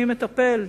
מי מטפל,